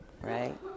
right